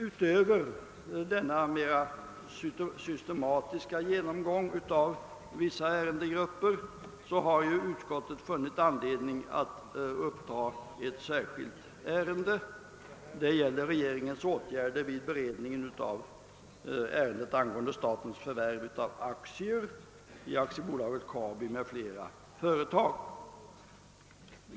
Utöver denna mera systematiska genomgång av vissa ärendegrupper har utskottet funnit anledning att upptaga ett särskilt ärende. Det gäller regeringens åtgärder vid beredningen av ärendet angående statens förvärv av aktier i AB Kabi m.fl. företag.